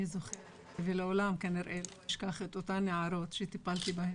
אני זוכרת ולעולם כנראה לא אשכח את אותן נערות שטיפלתי בהן,